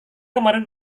kemarin